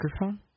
microphone